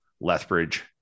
Lethbridge